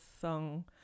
song